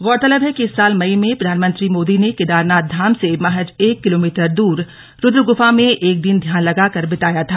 गौरतलब है कि इस साल मई में प्रधानमंत्री मोदी ने केदारनाथ धाम से महज एक किलोमीटर दूर रुद्र गुफा में एक दिन ध्यान लगाकर बिताया था